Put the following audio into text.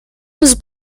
was